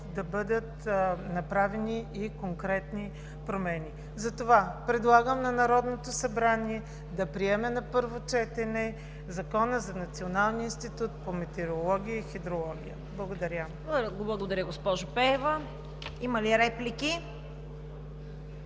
да бъдат направени и конкретни промени. Затова предлагам на Народното събрание да приеме на първо четене Закона за националния институт по метеорология и хидрология. Благодаря. ПРЕДСЕДАТЕЛ ЦВЕТА КАРАЯНЧЕВА: Благодаря, госпожо Пеева. Има ли реплики?